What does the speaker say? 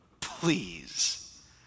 Please